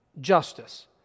justice